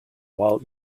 while